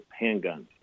handguns